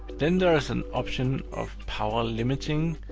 then there's an option of power limiting.